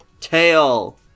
Tail